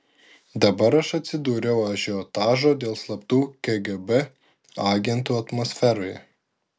dabar aš atsidūriau ažiotažo dėl slaptų kgb agentų atmosferoje